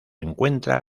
encuentra